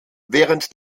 während